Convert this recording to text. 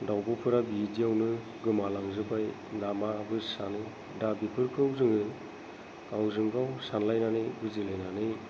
दावब'फोरा बिदियावनो गोमालांजोबबाय नामाबो सानो दा बेफोरखौ जोङो गावजों गाव सानलायनानै बुजिलायनानै